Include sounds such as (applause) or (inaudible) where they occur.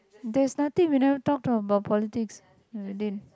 there's nothing we never talk about politics (noise)